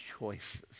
choices